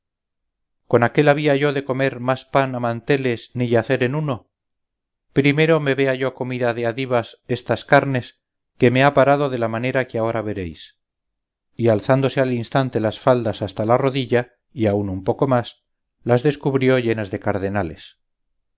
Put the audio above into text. con aquél había yo de comer más pan a manteles ni yacer en uno primero me vea yo comida de adivas estas carnes que me ha parado de la manera que ahora veréis y alzándose al instante las faldas hasta la rodilla y aun un poco más las descubrió llenas de cardenales